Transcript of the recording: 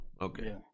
Okay